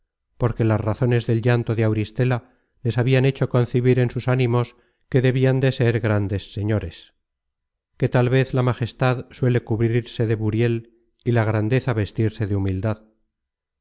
porque las razones del llanto de auristela les habian hecho concebir en sus ánimos que debian de ser grandes señores que tal vez la majestad suele cubrirse de buriel y la grandeza vestirse de humildad